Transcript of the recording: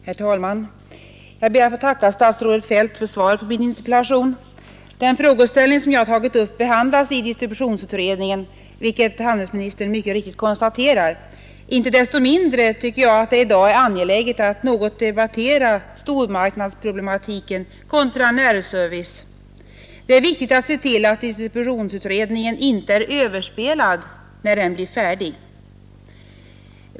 Herr talman! Jag ber att få tacka statsrådet Feldt för svaret på min interpellation. Den frågeställning som jag har tagit upp behandlas i distributionsutredningen, vilket handelsministern mycket riktigt konstaterar. Icke desto mindre tycker jag det i dag är angeläget att något debattera problematiken om stormarknad kontra närservice. Det är viktigt att se till att distributionsutredningen inte är överspelad när den blir färdig.